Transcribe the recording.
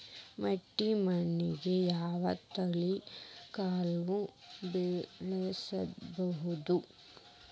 ಮಟ್ಟಿ ಮಣ್ಣಾಗ್, ಯಾವ ತಳಿ ಕಾಳ ಬೆಳ್ಸಬೋದು?